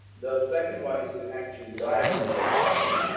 the second one is to actually diagnose a problem,